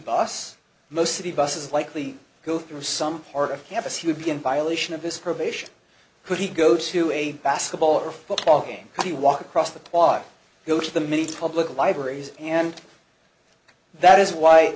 bus most city buses likely go through some part of campus he would be in violation of his probation could he go to a basketball or football game he walked across the quad go to the many public libraries and that is why